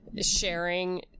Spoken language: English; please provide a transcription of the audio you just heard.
sharing